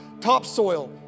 topsoil